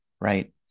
right